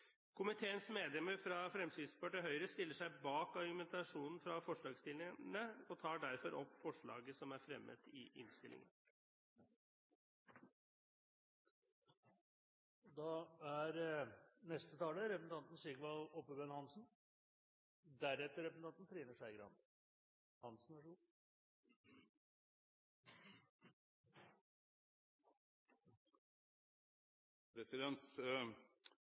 Komiteens medlemmer fra Fremskrittspartiet og Høyre stiller seg bak argumentasjonen fra forslagsstillerne, og jeg tar derfor opp forslaget som er fremmet i innstillingen. Representanten Hans Frode Kielland Asmyhr har tatt opp det forslaget han refererte til. Sjølv om me ikkje støttar forslaget, trur eg ikkje det er så